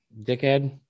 Dickhead